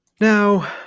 Now